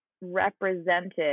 represented